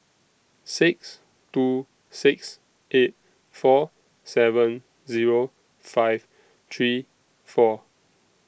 six two six eight four seven Zero five three four